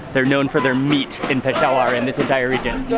they're known for their meat in peshawar in this entire region.